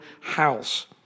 house